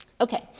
Okay